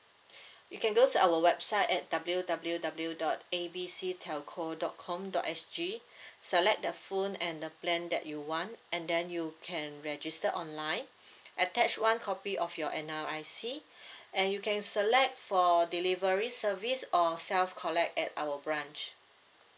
you can go to our website at W W W dot A B C telco dot com dot S G select the phone and the plan that you want and then you can register online attach one copy of your N_R_I_C and you can select for delivery service or self collect at our branch